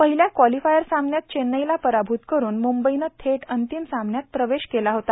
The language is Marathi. पहिल्या क्वालिफायर सामन्यात चेन्नईला परभूत करून मुंबईनं थेट अंतिम सामन्यात प्रवेश केला होता